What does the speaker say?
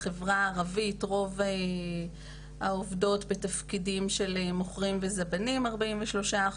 בחברה הערבית רוב העובדות הן בתפקידים של מוכרים וזבנים 43%,